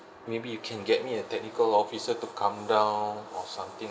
maybe you can get me a technical officer to come down or something